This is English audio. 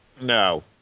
No